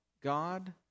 God